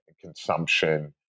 consumption